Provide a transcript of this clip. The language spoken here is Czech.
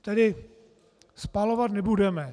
Tedy spalovat nebudeme.